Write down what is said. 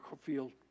field